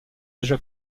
déjà